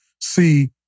see